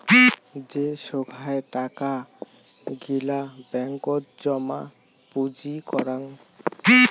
যে সোগায় টাকা গিলা ব্যাঙ্কত জমা পুঁজি করাং